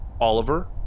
Oliver